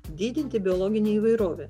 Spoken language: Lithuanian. didinti biologinę įvairovę